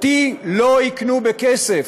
אותי לא יקנו בכסף,